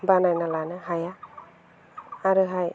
बानायना लानो हाया आरोहाय